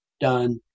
done